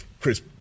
Chris